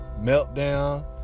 meltdown